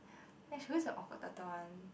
ya she always a awkward turtle one